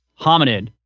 hominid